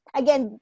again